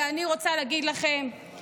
ואני רוצה להגיד לכם,